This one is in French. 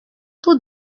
tout